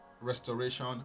restoration